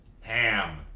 ham